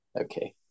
Okay